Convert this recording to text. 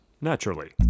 Naturally